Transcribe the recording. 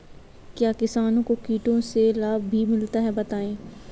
क्या किसानों को कीटों से लाभ भी मिलता है बताएँ?